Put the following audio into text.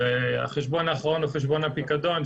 החשבון האחרון הוא חשבון הפיקדון,